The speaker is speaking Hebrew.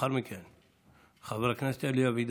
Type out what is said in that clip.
לאחר מכן, חבר הכנסת אלי אבידר,